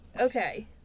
okay